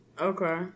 Okay